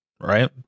right